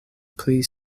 pli